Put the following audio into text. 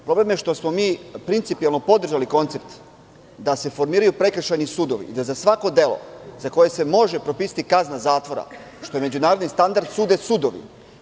Problem je što smo mi principijelno podržali koncept da se formiraju prekršajni sudovi i da za svako delo za koje se može propisati kazna zatvora, što je međunarodni standard, sude sudovi.